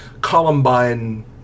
Columbine